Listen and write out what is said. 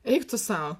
eik tu sau